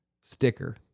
sticker